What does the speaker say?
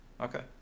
Okay